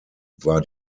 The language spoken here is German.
war